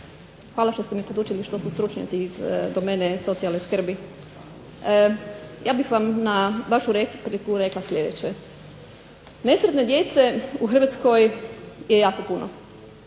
hvala što ste me podučili što su stručnjaci iz domene socijalne skrbi. Ja bih na vašu repliku rekla sljedeće. Nesretne djece u Hrvatskoj je jako puno.